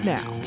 Now